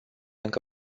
încă